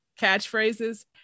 catchphrases